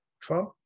Trump